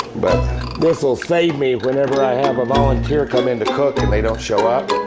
but this will save me whenever i have a volunteer come in to cook and they don't show up,